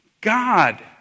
God